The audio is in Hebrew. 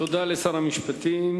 תודה לשר המשפטים,